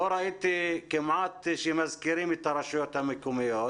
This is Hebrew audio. לא ראיתי שמזכירים בכלל את הרשויות המקומיות.